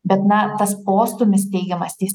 bet na tas postūmis teigiamas jis